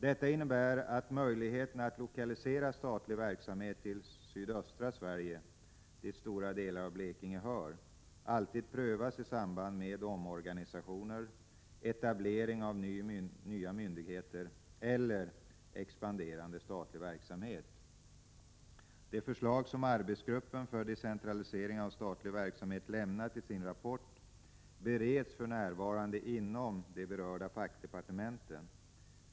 Detta innebär att möjligheterna att lokalisera statlig verksamhet till sydöstra Sverige — dit stora delar av Blekinge hör — prövas i samband med omorganisationer, etablering av nya myndigheter eller expanderande statlig verksamhet. De förslag som arbetsgruppen för decentralisering av statlig verksamhet lämnat i sin rapport bereds för närvarande inom de berörda fackdepartementen.